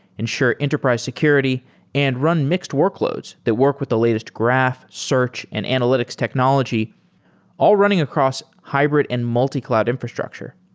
ensure enterprise security and run mixed workloads that work with the latest graph, search and analytics technology all running across hybrid and multi-cloud infrastructure.